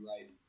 right